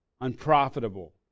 unprofitable